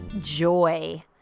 Joy